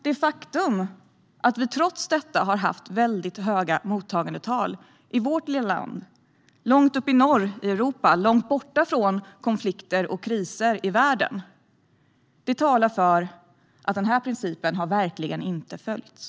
Det faktum att vi trots detta har haft väldigt höga mottagandetal i vårt lilla land långt uppe i norra Europa, långt borta från konflikter och kriser i världen, talar för att denna princip verkligen inte har följts.